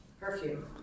Perfume